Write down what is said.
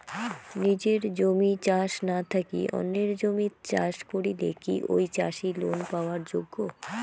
নিজের জমি না থাকি অন্যের জমিত চাষ করিলে কি ঐ চাষী লোন পাবার যোগ্য?